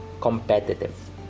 competitive